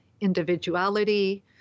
individuality